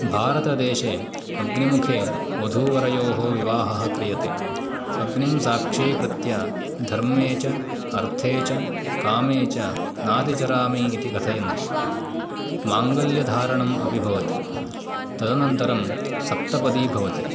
भारतदेशे अग्निमुखे वधूवरयोः विवाहः क्रियते अग्निं साक्षीकृत्य धर्मे च अर्थे च कामे च नातिचरामि इति कथयन्ति माङ्गल्यधारणम् अपि भवति तदनन्तरं सप्तपदी भवति